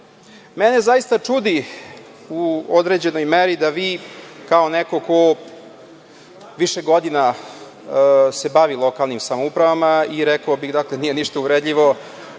zaista čudi u određenoj meri da vi, kao neko ko se više godina bavi lokalnim samoupravama, i rekao bih, nije ništa uvredljivo,